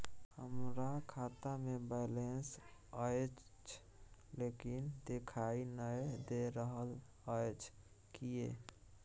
हमरा खाता में बैलेंस अएछ लेकिन देखाई नय दे रहल अएछ, किये?